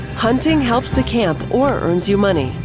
hunting helps the camp or earns you money.